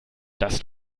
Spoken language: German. das